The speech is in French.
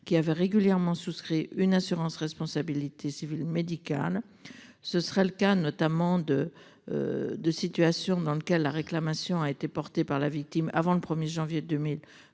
qui avait régulièrement souscrit une assurance responsabilité civile médicale. Ce sera le cas notamment de. De situations dans lequel la réclamation a été portée par la victime avant le 1er janvier 2012